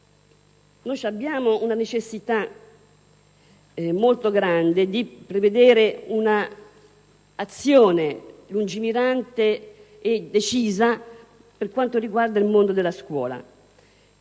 caso abbiamo una grande necessità di prevedere un'azione lungimirante e decisa per quanto riguarda il mondo della scuola;